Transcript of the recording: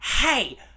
hey